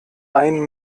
ein